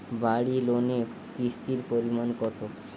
বাড়ি লোনে কিস্তির পরিমাণ কত?